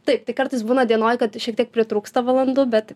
taip tai kartais būna dienoj kad šiek tiek pritrūksta valandų bet